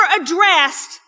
addressed